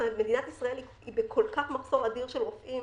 מדינת ישראל היא במחסור כל כך אדיר של רופאים,